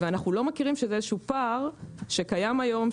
אנחנו לא מכירים שיש איזשהו פער שקיים היום,